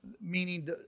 meaning